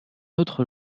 autre